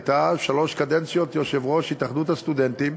הייתה שלוש קדנציות יושבת-ראש התאחדות הסטודנטים,